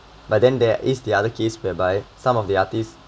but then there is the other case whereby some of the artist